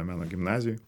meno gimnazijoj